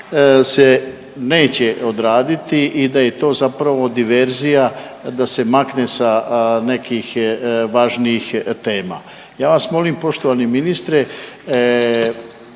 se neće odraditi i da je to zapravo diverzija da se makne sa nekih važnijih tema. Ja vas molim poštovani ministre